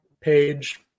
page